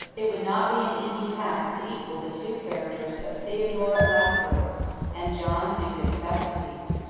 it would not be an easy task to equal the two characters of theodore lascaris and john ducas vataces,